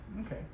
Okay